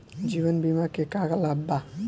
जीवन बीमा के का लाभ बा?